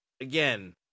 again